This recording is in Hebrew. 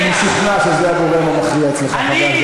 אני משוכנע שזה הגורם המכריע אצלך,